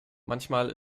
manchmal